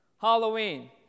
Halloween